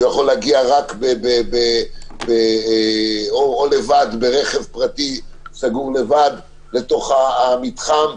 שהוא יכול להגיע או לבד ברכב פרטי לתוך המתחם,